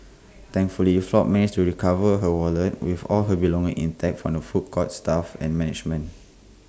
thankfully Flores managed to recover her wallet with all her belongings intact from the food court's staff and management